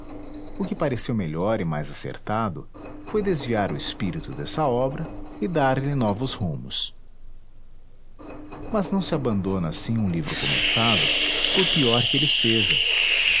o que pareceu melhor e mais acertado foi desviar o espírito dessa obra e dar-lhe novos rumos mas não se abandona assim um livro começado por pior que ele seja